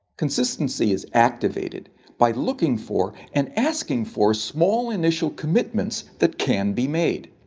consistency is activated by looking for and asking for small initial commitments that can be made.